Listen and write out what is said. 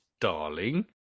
Darling